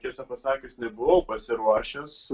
tiesą pasakius nebuvau pasiruošęs